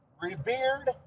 revered